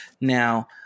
Now